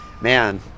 man